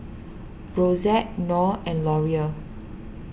Brotzeit Knorr and Laurier